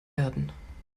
erden